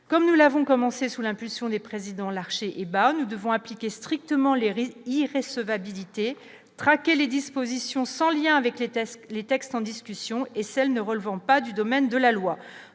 comme nous l'avons commencé sous l'impulsion des présidents Larché bah, nous devons appliquer strictement les risques il recevabilité traquer les dispositions sans lien avec les tests, les textes en discussion et celles ne relevant pas du domaine de la loi,